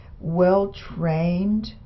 well-trained